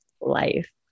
life